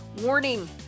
Warning